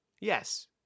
Yes